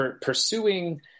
pursuing